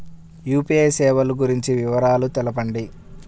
UPI సేవలు గురించి వివరాలు తెలుపండి?